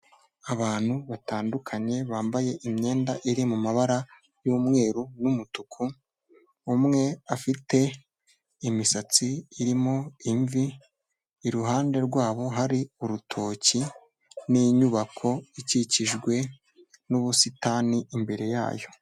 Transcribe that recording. Abantu batandukanye, bambaye imyenda iri mu mabara y'umweru n'umutuku, umwe afite imisatsi irimo imvi, iruhande rwabo hari urutoki, n'inyubako ikikijwe n'ubusitani, imbere yayo.